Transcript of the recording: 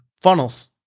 Funnels